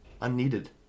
Unneeded